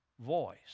voice